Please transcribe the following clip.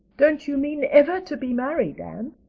don't you mean ever to be married, anne?